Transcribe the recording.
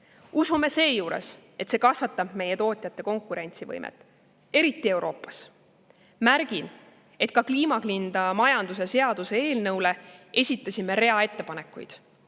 Usume seejuures, et see kasvatab meie tootjate konkurentsivõimet, eriti Euroopas. Ka kliimakindla majanduse seaduse eelnõu kohta esitasime rea ettepanekuid.